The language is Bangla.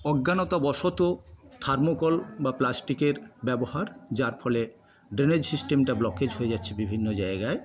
অজ্ঞানতাবশত থার্মোকল বা প্লাস্টিকের ব্যবহার যার ফলে ড্রেনেজ সিস্টেমটা ব্লকেজ হয়ে যাচ্ছে বিভিন্ন জায়গায়